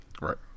right